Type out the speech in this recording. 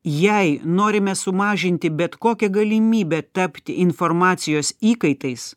jei norime sumažinti bet kokią galimybę tapti informacijos įkaitais